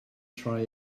try